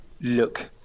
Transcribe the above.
look